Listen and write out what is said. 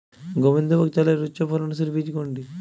গোবিন্দভোগ চালের উচ্চফলনশীল বীজ কোনটি?